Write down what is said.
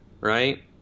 right